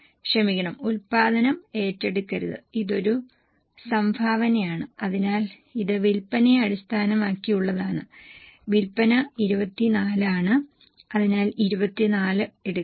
ക്ഷമിക്കണം ഉൽപ്പാദനം ഏറ്റെടുക്കരുത് ഇതൊരു സംഭാവനയാണ് അതിനാൽ ഇത് വിൽപ്പനയെ അടിസ്ഥാനമാക്കിയുള്ളതാണ് വിൽപ്പന 24 ആണ് അതിനാൽ 24 എടുക്കുക